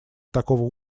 такого